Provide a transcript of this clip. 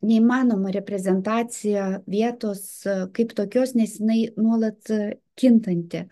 neįmanoma reprezentacija vietos kaip tokios nes jinai nuolat kintanti